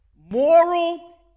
moral